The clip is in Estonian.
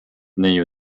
neiu